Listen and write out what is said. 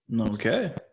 Okay